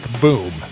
Boom